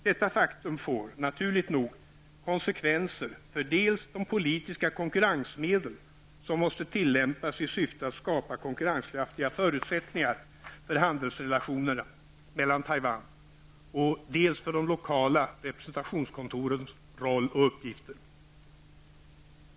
Detta faktum får, naturligt nog, konsekvenser dels för de politiska konkurrensmedel som måste användas i syfte att skapa konkurrenskraftiga förutsättningar för handelsrelationer med Taiwan, dels för de lokala representationskontorens roll och uppgifter.